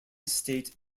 state